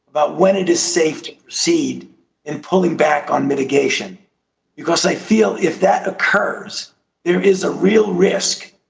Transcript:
but when it is safe to seat and pulling back on mitigation because they feel if that occurs is a real risk,